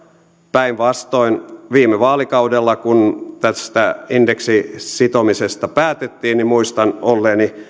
päinvastoin viime vaalikaudella kun tästä indeksiin sitomisesta päätettiin niin muistan olleeni